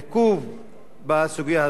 וכבר מצאו שם הסדר בעניין הזה,